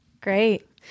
Great